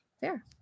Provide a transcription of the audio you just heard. fair